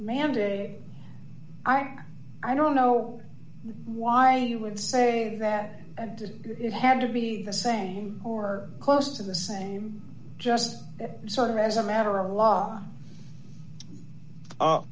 mandate i don't i don't know why you would say that and it had to be the same or close to the same just sort of as a matter of law